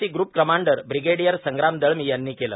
C group commander brigadier Sangram Dalvi यांनी कालं